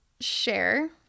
share